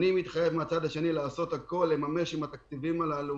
אני מתחייב מהצד השני לעשות הכול כדי לממש עם התקציבים הללו